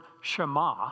Shema